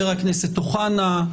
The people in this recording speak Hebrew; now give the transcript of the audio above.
אוחנה,